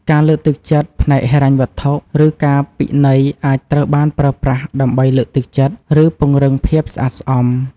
ការលើកទឹកចិត្តផ្នែកហិរញ្ញវត្ថុ ឬការពិន័យអាចត្រូវបានប្រើប្រាស់ដើម្បីលើកទឹកចិត្ត ឬពង្រឹងភាពស្អាតស្អំ។